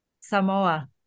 Samoa